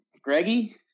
Greggy